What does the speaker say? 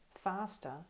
faster